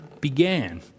began